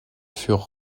furent